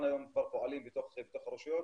הם היום כבר פועלים בתוך הרשויות.